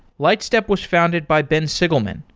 lightstep was founded by ben sigelman,